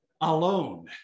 alone